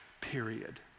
period